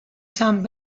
some